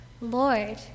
Lord